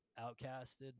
outcasted